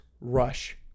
rush